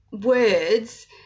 words